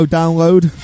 download